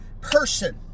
person